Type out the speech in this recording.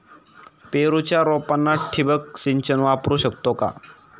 पेरूच्या रोपांना ठिबक सिंचन वापरू शकतो का?